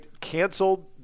canceled